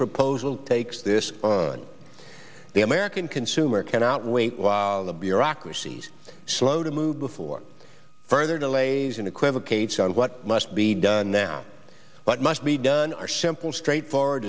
proposal takes this on the american consumer cannot wait while the bureaucracies slow to move before further delays and equivocates on what must be done now what must be done are simple straightforward